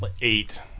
Eight